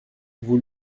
vous